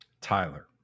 Tyler